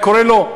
היה קורא לו?